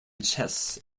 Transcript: chess